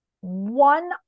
one